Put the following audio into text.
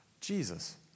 Jesus